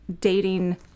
dating